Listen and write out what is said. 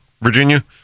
Virginia